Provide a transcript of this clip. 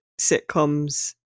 sitcoms